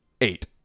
Eight